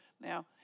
Now